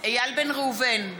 איל בן ראובן,